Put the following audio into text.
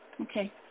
Okay